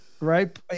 Right